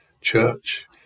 church